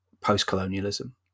post-colonialism